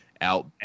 Out